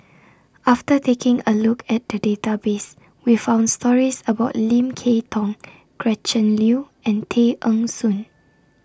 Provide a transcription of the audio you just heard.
after taking A Look At The Database We found stories about Lim Kay Tong Gretchen Liu and Tay Eng Soon